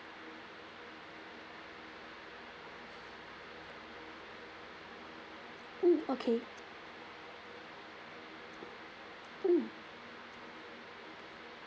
mm okay mm